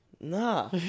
nah